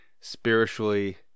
spiritually